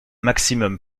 maximum